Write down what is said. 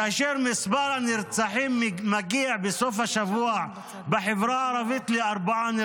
כאשר מספר הנרצחים מגיע בסוף השבוע בחברה הערבית לארבעה.